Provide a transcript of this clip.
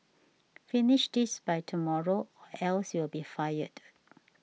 finish this by tomorrow or else you'll be fired